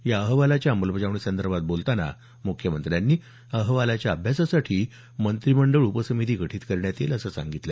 या अहवालाच्या अंमलबजावणीसंदर्भात बोलताना मुख्यमंत्र्यांनी अहवालाच्या अभ्यासासाठी मंत्रिमंडळ उपसमिती गठीत करण्यात येईल असं सांगितलं